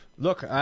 Look